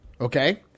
okay